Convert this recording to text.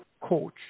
coach